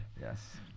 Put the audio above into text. Yes